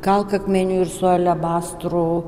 kalkakmeniu ir su alebastru